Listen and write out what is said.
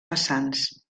vessants